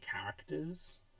characters